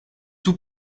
tout